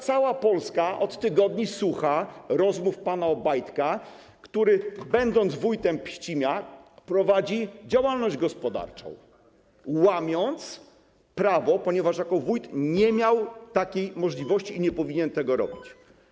Cała Polska od tygodni słucha rozmów pana Obajtka, który kiedy był wójtem Pcimia, prowadził działalność gospodarczą, łamiąc prawo, ponieważ jako wójt nie miał takiej możliwości i nie powinien tego robić.